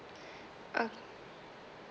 okay